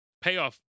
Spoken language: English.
payoff